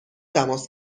تماس